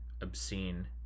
obscene